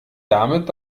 damit